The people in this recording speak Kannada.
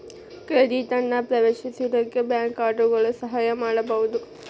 ಕ್ರೆಡಿಟ್ ಅನ್ನ ಪ್ರವೇಶಿಸಲಿಕ್ಕೆ ಬ್ಯಾಂಕ್ ಖಾತಾಗಳು ಸಹಾಯ ಮಾಡ್ಬಹುದು